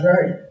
right